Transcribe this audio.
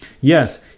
Yes